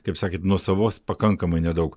kaip sakėt nuosavos pakankamai nedaug